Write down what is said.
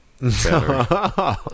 better